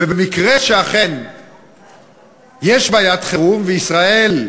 3. במקרה שאכן יש בעיית חירום, וישראל,